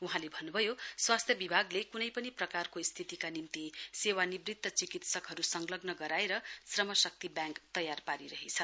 वहाँले भन्नु भयो स्वास्थ्य विभागले क्नै पनि प्रकारको स्थितिका निम्ति सेवानिवृत्त चिकित्सकहरू संलग्न गराएर श्रमशक्ति ब्याङ्क तयार पारिरहेछ